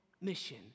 mission